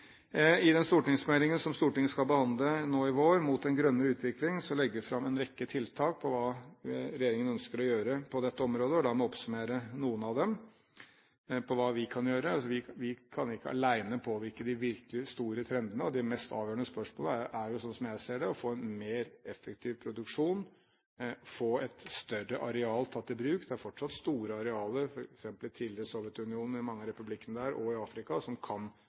I den stortingsmeldingen som Stortinget har til behandling nå i vår – Mot en grønnere utvikling – legger regjeringen fram en rekke tiltak med tanke på hva man ønsker å gjøre på dette området, og la meg oppsummere noen av dem. Vi kan ikke alene påvirke de virkelig store trendene. De mest avgjørende spørsmålene, slik jeg ser det, er å få en mer effektiv produksjon og å få et større areal tatt i bruk. Det er fortsatt store arealer, f.eks. i tidligere Sovjetunionen – i mange av republikkene der – og i Afrika, som kan